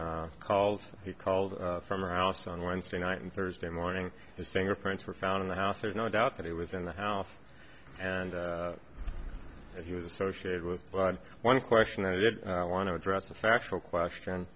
e called he called from the house on wednesday night and thursday morning his fingerprints were found in the house there's no doubt that he was in the house and that he was associated with but one question i did want to address the factual question